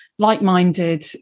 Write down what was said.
like-minded